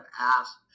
asked